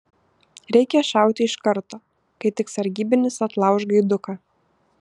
reikia šauti iš karto kai tik sargybinis atlauš gaiduką